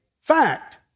fact